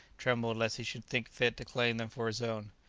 trembled lest he should think fit to claim them for his own.